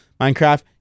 Minecraft